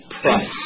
price